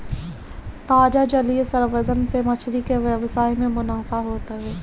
ताजा जलीय संवर्धन से मछरी के व्यवसाय में मुनाफा होत हवे